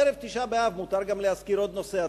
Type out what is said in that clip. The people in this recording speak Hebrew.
זה ערב תשעה באב ומותר להזכיר עוד נושא עצוב.